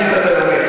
עשית את היומית.